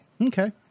Okay